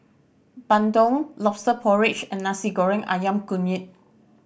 bandung Lobster Porridge and Nasi Goreng Ayam Kunyit